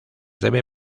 debe